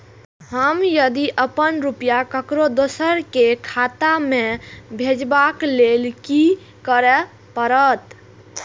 हम यदि अपन रुपया ककरो दोसर के खाता में भेजबाक लेल कि करै परत?